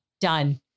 Done